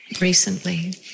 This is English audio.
recently